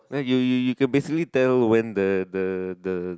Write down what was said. you you you basically tell when the the the